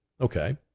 Okay